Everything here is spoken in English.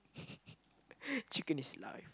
chicken is life